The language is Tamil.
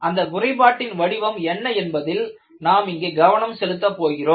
அந்த குறைபாட்டின் வடிவம் என்ன என்பதில் நாம் இங்கே கவனம் செலுத்தப் போகிறோம்